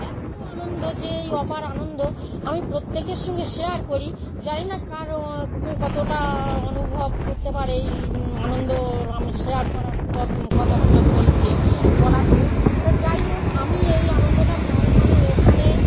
এত্ত আনন্দ যে এই অপার আনন্দ আমি প্রত্যেকের সঙ্গে শেয়ার করি জানি না কার ও কতটা অনুভব করতে পারে এই আনন্দর আমি শেয়ার করার পব কথাগুলো বলতে বলাতে তো যাই হোক আমি এই আনন্দটা পাই মানে ওখানে